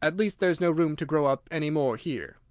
at least there's no room to grow up any more here.